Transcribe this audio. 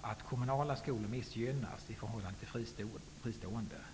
att kommunala skolor missgynnas i förhållande till fristående skolor.